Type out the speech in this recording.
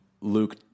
Luke